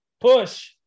Push